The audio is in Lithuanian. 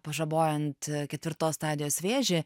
pažabojant ketvirtos stadijos vėžį